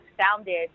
founded